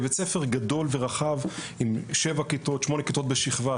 בבית ספר גדול ורחב עם 7 כיתות או 8 כיתות בשכבה,